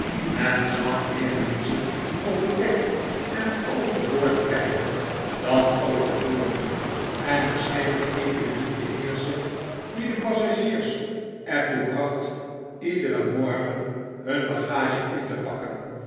men zag meer menschen op het dek en overboord kijken dan ooit tevoren en er scheen een epidemie te heerschen die de passagiers er toe bracht iederen morgen huh bagage in te pakken